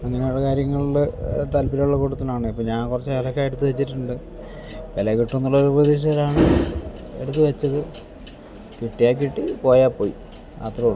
അങ്ങനെയുള്ള കാര്യങ്ങളിൽ താല്പര്യമുള്ള കൂട്ടത്തിലാണിപ്പം ഞാൻ കുറച്ച് അതൊക്കെ എടുത്ത് വെച്ചിട്ടുണ്ട് വില കിട്ടും എന്നുള്ള ഒരു പ്രതീക്ഷയിലാണ് എടുത്ത് വെച്ചത് കിട്ടിയാൽ കിട്ടി പോയാൽ പോയി അത്രയുള്ളൂ